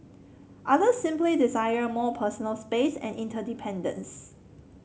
others simply desire more personal space and independence